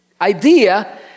idea